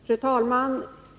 Fru talman!